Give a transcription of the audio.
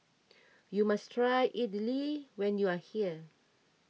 you must try Idili when you are here